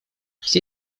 все